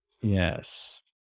Yes